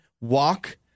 walk